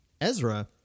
Ezra